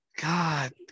God